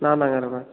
நான் தாங்க இருப்பேன்